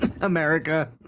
America